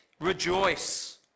Rejoice